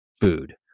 food